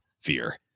Fear